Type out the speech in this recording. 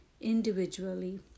individually